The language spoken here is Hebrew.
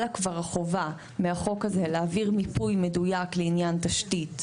כבר חובה מהחוק הזה להעביר מיפוי מדויק לעניין תשתית,